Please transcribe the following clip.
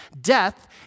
Death